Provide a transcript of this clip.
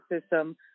system